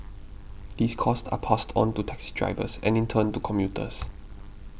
these costs are passed on to taxi drivers and in turn to commuters